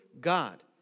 God